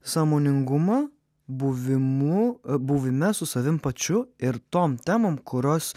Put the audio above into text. sąmoningumą buvimu buvime su savim pačiu ir tom temom kurios